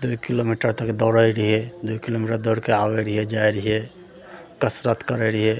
दुइ किलोमीटर तक दौड़े रहियै दुइ किलोमीटर दौड़ कऽ आबै रहियै जाइ रहियै कसरत करै रहियै